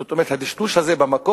זאת אומרת, הדשדוש הזה במקום